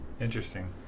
Interesting